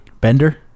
Bender